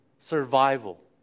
survival